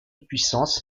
puissance